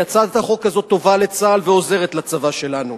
כי הצעת החוק הזאת טובה לצה"ל ועוזרת לצבא שלנו,